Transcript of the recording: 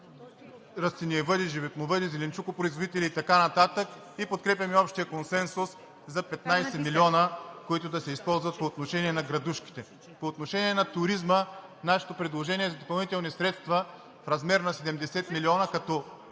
растениевъди, животновъди, зеленчукопроизводители и така нататък, и подкрепяме общия консенсус за 15 милиона, които да се използват по отношение на градушките. По отношение на туризма нашето предложение за допълнителни средства е в размер на 70 милиона като, пак